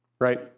Right